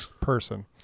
person